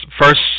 first